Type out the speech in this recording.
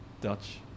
Dutch